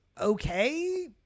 okay